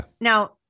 Now